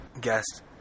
Guest